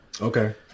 Okay